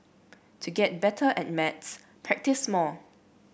to get better at maths practise more